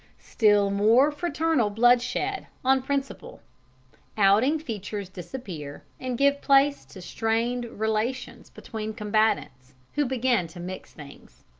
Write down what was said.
still more fraternal bloodshed, on principle outing features disappear, and give place to strained relations between combatants, who begin to mix things.